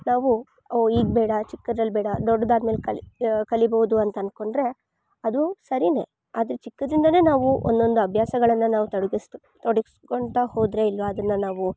ನಾವು ಓ ಈಗ್ಬೇಡ ಚಿಕ್ಕದ್ರಲ್ ಬೇಡ ದೊಡ್ಡದಾದ್ಮೆಲ್ ಕಲಿ ಕಲಿಬೋದು ಅಂತನ್ಕೊಂಡ್ರೆ ಅದು ಸರೀನೇ ಆದ್ರೆ ಚಿಕ್ಕಂದ್ರಿಂದಾನೆ ನಾವು ಒಂದೊಂದ್ ಅಬ್ಯಾಸಗಳನ್ನ ನಾವು ತಡಗಿಸ್ ತೊಡ್ಸ್ಕೊಂತ ಹೋದ್ರೆ ಈಗ ಅದನ್ನ ನಾವು